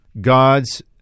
God's